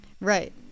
Right